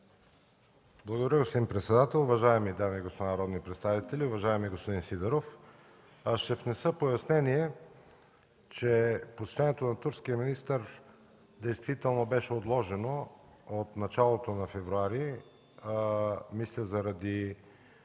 Благодаря, господин председател. Уважаеми дами и господа народни представители, уважаеми господин Сидеров! Ще внеса пояснение, че посещението на турския министър действително беше отложено от началото на февруари, мисля, заради